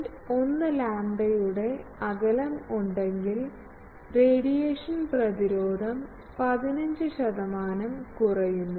1 ലാംഡയുടെ അകലം ഉണ്ടെങ്കിൽ റേഡിയേഷൻ പ്രതിരോധം 15 ശതമാനം കുറയുന്നു